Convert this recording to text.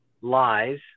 lies